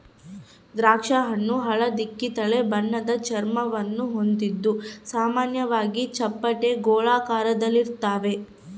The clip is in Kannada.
ದ್ರಾಕ್ಷಿಹಣ್ಣು ಹಳದಿಕಿತ್ತಳೆ ಬಣ್ಣದ ಚರ್ಮವನ್ನು ಹೊಂದಿದ್ದು ಸಾಮಾನ್ಯವಾಗಿ ಚಪ್ಪಟೆ ಗೋಳಾಕಾರದಲ್ಲಿರ್ತಾವ